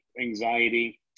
anxiety